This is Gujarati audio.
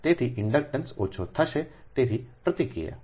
તેથી ઇન્ડક્ટન્સ ઓછું થશે તેથી પ્રતિક્રિયા